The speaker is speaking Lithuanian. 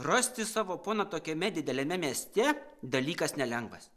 rasti savo poną tokiame dideliame mieste dalykas nelengvas